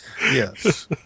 yes